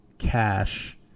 cash